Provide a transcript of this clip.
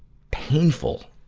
painful,